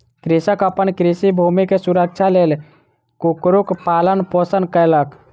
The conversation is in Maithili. कृषक अपन कृषि भूमि के सुरक्षाक लेल कुक्कुरक पालन पोषण कयलक